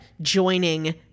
joining